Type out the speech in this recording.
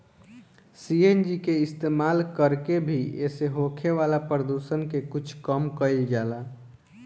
CNG के इस्तमाल कर के भी एसे होखे वाला प्रदुषण के कुछ कम कईल जाला